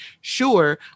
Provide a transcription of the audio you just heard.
sure